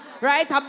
right